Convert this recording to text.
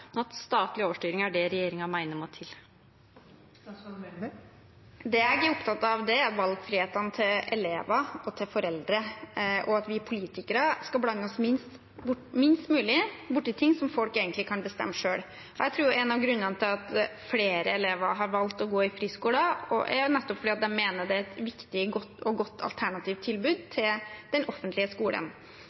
at statlig overstyring er det regjeringen mener må til? Det jeg er opptatt av, er valgfriheten til elever og foreldre, og at vi politikere skal blande oss minst mulig bort i ting som folk egentlig kan bestemme selv. Jeg tror en av grunnene til at flere elever har valgt å gå i friskoler, er nettopp at de mener det er et viktig og godt alternativt tilbud til den offentlige skolen.